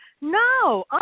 No